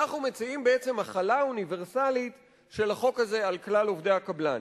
בעצם אנחנו מציעים החלה אוניברסלית של החוק הזה על כלל עובדי הקבלן.